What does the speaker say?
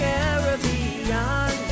Caribbean